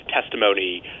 testimony